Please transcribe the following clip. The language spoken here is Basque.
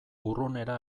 urrunera